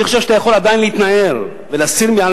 אני חושב שאתה יכול עדיין להתנער ולהסיר מעל